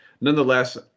Nonetheless